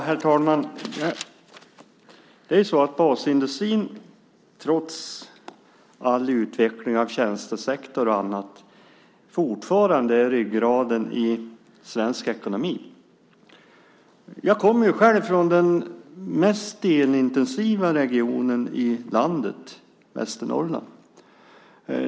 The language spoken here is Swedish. Herr talman! Basindustrin är, trots utvecklingen av tjänstesektorn, fortfarande ryggraden i svensk ekonomi. Jag kommer från den mest elintensiva regionen i landet, Västernorrland.